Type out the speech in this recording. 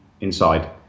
inside